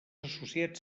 associats